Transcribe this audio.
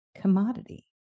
commodity